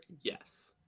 Yes